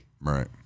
Right